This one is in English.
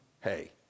hey